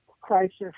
crisis